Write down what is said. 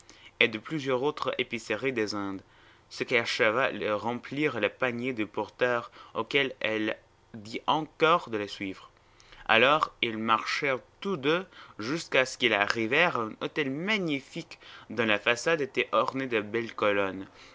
et de plusieurs autres épiceries des indes ce qui acheva de remplir le panier du porteur auquel elle dit encore de la suivre alors ils marchèrent tous deux jusqu'à ce qu'ils arrivèrent à un hôtel magnifique dont la façade était ornée de belles colonnes